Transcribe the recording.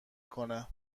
کنه